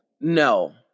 No